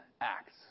acts